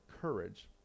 courage